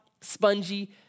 spongy